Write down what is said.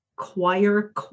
choir